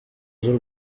z’u